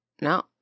No